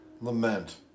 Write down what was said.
lament